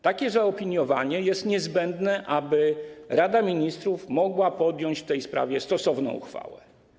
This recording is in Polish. Takie zaopiniowanie jest niezbędne, aby Rada Ministrów mogła podjąć w tej sprawie stosowną uchwałę.